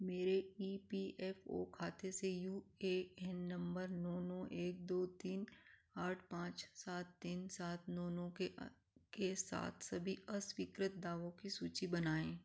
मेरे E P F O खाते से यू ए एन नंबर नौ नौ एक दो तीन आठ पाँच सात तीन सात नौ नौ के के साथ सभी अस्वीकृत दावों की सूची बनाएँ